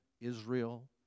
Israel